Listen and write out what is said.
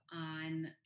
on